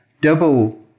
double